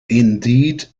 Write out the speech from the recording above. indeed